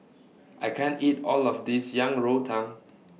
I can't eat All of This Yang Rou Tang